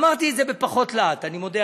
אמרתי את זה בפחות להט, אני מודה.